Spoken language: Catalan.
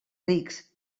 rics